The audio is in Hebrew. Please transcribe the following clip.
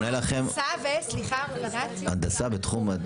יש דרישה והתרגום הוא לפי